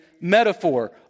metaphor